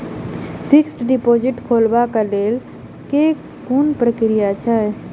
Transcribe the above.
Fixed deposit खोलबाक लेल केँ कुन प्रक्रिया अछि?